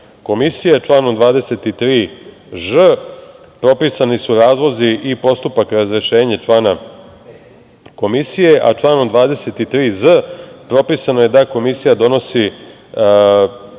komisije. Članom 23ž propisani su razlozi i postupak razrešenja člana komisije, a članom 23z propisano je da komisija donosi